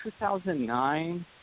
2009